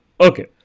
Okay